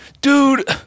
dude